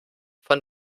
von